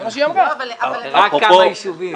רק לגבי כמה ישובים.